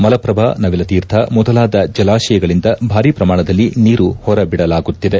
ಮಲಪ್ಪಭ ನವಿಲುತೀರ್ಥ ಮೊದಲಾದ ಜಲಾಶಯಗಳಿಂದ ಭಾರಿ ಶ್ರಮಾಣದಲ್ಲಿ ನೀರು ಹೊರಬಿಡಲಾಗುತ್ತಿದೆ